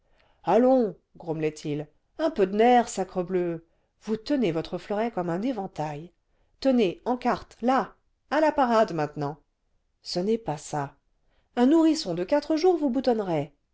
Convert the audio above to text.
allons grommelait-il un peu de nerf sacrebleu vous tenez votre fleuret comme un éventail tenez en quarte là à la parade maintenant ce n'est pas ça un nourrisson de quatre jours vous boutonnerait